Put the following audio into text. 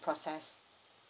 process